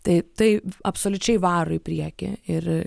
tai tai absoliučiai varo į priekį ir